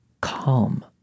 calm